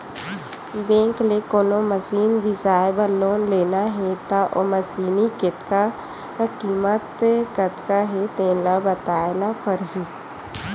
bank ले कोनो machine बिसाए बर लोन लेना हे त ओ मसीनी के कीमत कतका हे तेन ल बताए ल परही